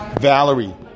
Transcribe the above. Valerie